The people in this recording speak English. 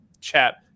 chat